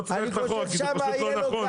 לא צריך ללכת אחורה כי זה פשוט לא נכון.